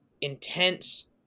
intense